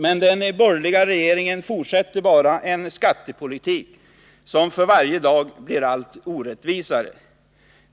Men den borgerliga regeringen fortsätter bara med en skattepolitik som för varje dag blir allt orättvisare.